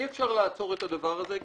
אי אפשר לעצור את הדבר הזה,